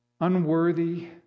unworthy